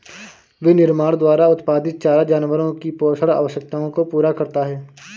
विनिर्माण द्वारा उत्पादित चारा जानवरों की पोषण आवश्यकताओं को पूरा करता है